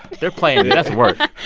they're playing you that's work